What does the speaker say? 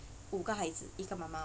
五个孩子一个妈妈